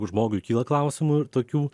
žmogui kyla klausimų ir tokių